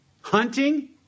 hunting